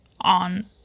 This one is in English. on